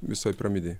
visoj piramidėj